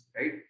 right